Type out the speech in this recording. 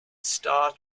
star